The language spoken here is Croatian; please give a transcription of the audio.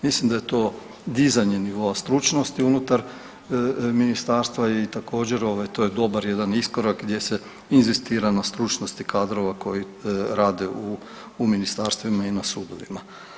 Mislim da je to dizanje nivoa stručnosti unutar ministarstva i također to je dobar jedan iskorak gdje se inzistira na stručnosti kadrova koji rade u ministarstvima i na sudovima.